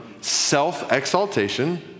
self-exaltation